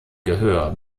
gehör